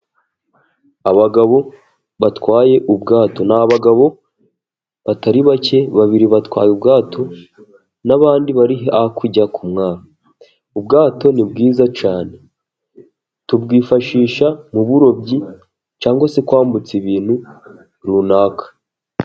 Abagabo batwaye ubwato niabagabo batari bake, babiri batwaye ubwato n'abandi bari hakujya kumwamba, ubwato ni bwiza cyane tubwifashisha mu burobyi cyagwa se kwambutsa ibintu runaka.